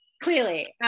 clearly